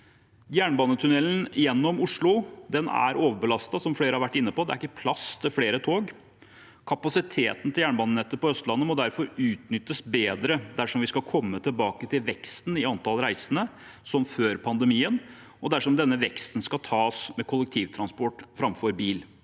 Jernbanetunnelen gjennom Oslo er overbelastet, som flere har vært inne på – det er ikke plass til flere tog. Kapasiteten til jernbanenettet på Østlandet må derfor utnyttes bedre dersom vi skal komme tilbake til veksten i antall reisende før pandemien, og dersom denne veksten skal tas med kollektivtransport framfor bil.